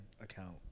account